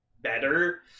better